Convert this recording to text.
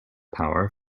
power